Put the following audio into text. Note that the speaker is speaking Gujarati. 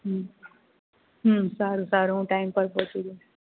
હમ હમ સારું સારું હું ટાઇમ પર પહોંચી જઇશ